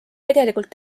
tegelikult